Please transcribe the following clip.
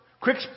quick